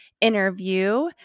interview